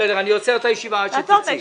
אני עוצר את הישיבה עד שתצאי.